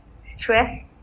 stress